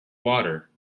water